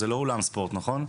זה לא אולם ספורט, נכון?